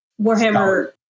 Warhammer